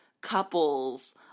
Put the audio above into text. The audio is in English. couples